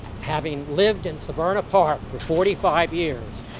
having lived in severna park for forty five years,